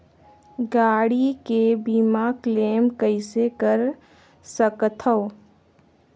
गाड़ी के बीमा क्लेम कइसे कर सकथव?